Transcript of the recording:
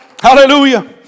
Hallelujah